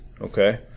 okay